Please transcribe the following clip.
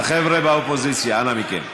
החבר'ה באופוזיציה, אנא מכם.